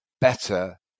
better